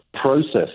process